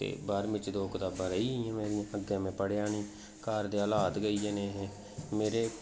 ते बारह्मीं च दो कताबां रेही गेइयां मेरियां अग्गें में पढ़ेआ निं घर दे ल्हात गै इ'यै नेह् हे मेरे